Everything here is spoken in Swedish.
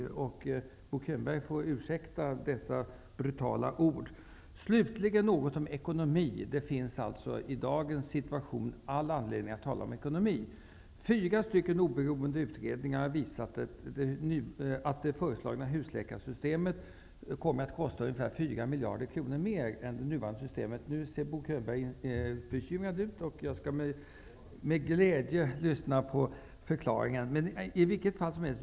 Bo Könberg får ursäkta dessa brutala ord. Slutligen några ord om ekonomi. Det finns i dagens situation all anledning att tala om ekonomi. Fyra stycken oberoende utredningar har visat att det föreslagna husläkarsystemet kommer att kosta ungefär fyra miljarder kronor mer än det nuvarande systemet. Nu ser Bo Könberg bekymrad ut. Jag skall med glädje lyssna på förklaringen.